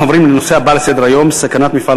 אנחנו עוברים לנושא הבא על סדר-היום: סכנת מפעל